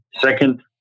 second